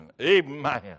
Amen